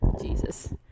Jesus